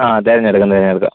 ആ തിരഞ്ഞെടുക്കാം തിരഞ്ഞെടുക്കാം